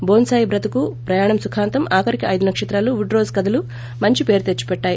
bone Sai బ్రతుకు ప్రయాణం సుఖాంతం ఆఖరికి ఐదు నక్షత్రాలు వుడ్ రోజ్ కథలు మంచి పేరు తెచ్చిపెట్టాయి